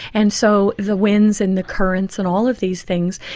and so the winds and the currents and all of these things,